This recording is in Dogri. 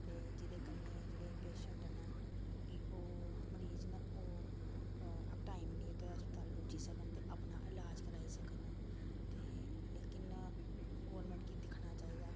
ते जेह्दे कन्नै जेह्ड़े पेशैंट न ओह् मरीज न ओह् टाइमली ते अस्तपताल पुज्जी सकन ते अपना इलाज कराई सकन ते लेकिन गोरमैंट गी दिक्खना चाहिदा